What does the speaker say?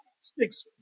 six